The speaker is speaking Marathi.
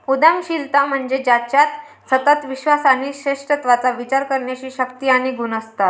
उद्यमशीलता म्हणजे ज्याच्यात सतत विश्वास आणि श्रेष्ठत्वाचा विचार करण्याची शक्ती आणि गुण असतात